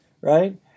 right